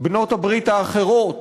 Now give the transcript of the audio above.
בעלות-הברית האחרות,